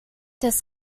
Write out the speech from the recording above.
des